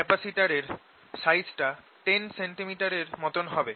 ক্যাপাসিটরের সাইজটা 10 সেন্টিমিটার এর মতন হবে